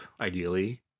ideally